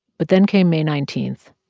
but then came may nineteen,